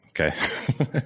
Okay